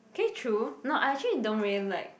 K true no I actually don't really like